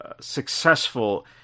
successful